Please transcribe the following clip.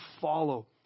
follow